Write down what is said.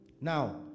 now